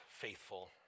faithful